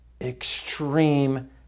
extreme